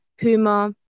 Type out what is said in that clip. puma